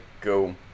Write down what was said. go